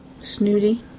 Snooty